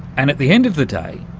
and at the end of the day,